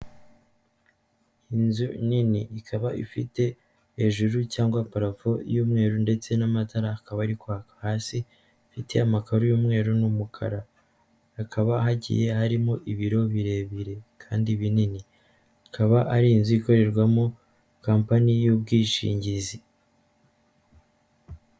Inzu nini ikaba ifite hejuru cyangwa parafu y'umweru ndetse n'amatara akaba ari kwaka hasi ifite amakaro y'umweru n'umukara hakaba hagiye harimo ibiro birebire kandi binini ikaba ari inzu ikorerwamo kampani y'ubwishingizi.